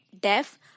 deaf